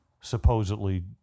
supposedly